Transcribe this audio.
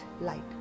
light